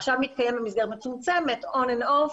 עכשיו הוא מתקיים במסגרת מצומצמת און אנד אוף,